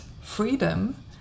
freedom